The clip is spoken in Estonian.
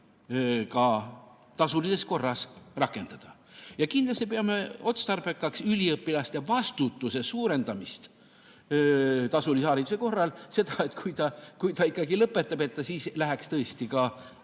ka tasulises korras rakendada. Kindlasti peame otstarbekaks üliõpilaste vastutuse suurendamist [tasuta] hariduse korral: seda, et kui ta lõpetab, siis ta läheks tõesti ka